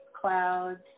clouds